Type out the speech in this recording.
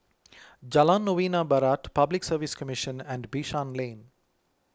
Jalan Novena Barat Public Service Commission and Bishan Lane